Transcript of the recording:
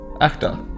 Actor